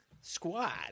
Squad